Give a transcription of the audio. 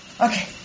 Okay